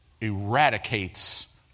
eradicates